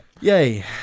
Yay